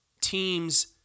teams